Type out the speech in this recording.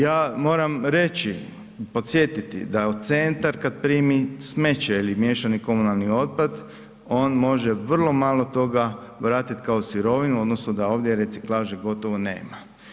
Ja moram reći i podsjetiti da centar kad primi smeće ili miješani komunalni otpad, on može vrlo malo toga vratit kao sirovinu odnosno da ovdje reciklaže gotovo nema.